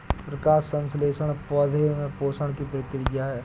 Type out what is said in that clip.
प्रकाश संश्लेषण पौधे में पोषण की प्रक्रिया है